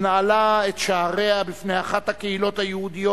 שנעלה את שעריה בפני אחת הקהילות היהודיות